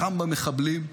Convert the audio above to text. לחם במחבלים,